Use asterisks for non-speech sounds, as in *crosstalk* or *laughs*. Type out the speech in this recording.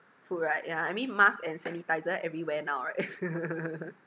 food right yeah I mean mask and sanitizer everywhere now right *laughs*